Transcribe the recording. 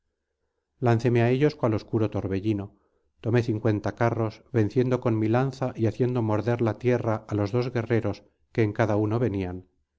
á ellos cual obscuro torbellino tomé cincuenta carros venciendo con mi lanza y haciendo morder la tierra á los dos guerreros que en cada uno venían